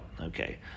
Okay